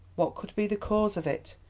what could be the cause of it?